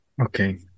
Okay